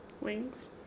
Wings